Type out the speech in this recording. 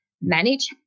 manage